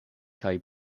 kaj